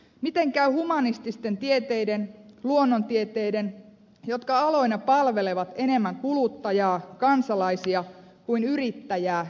miten käy humanististen tieteiden luonnontieteiden jotka aloina palvelevat enemmän kuluttajia kansalaisia kuin yrittäjää ja yritysmaailmaa